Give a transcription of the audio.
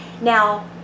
Now